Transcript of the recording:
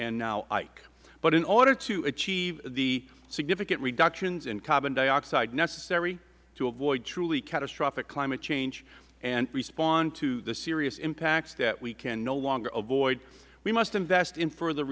and now ike but in order to achieve the significant reductions in carbon dioxide necessary to avoid truly catastrophic climate change and respond to the serious impacts that we can no longer avoid we must invest in furthe